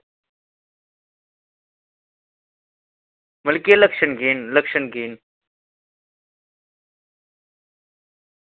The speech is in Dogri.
मतलब की लक्षण केह् न